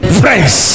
friends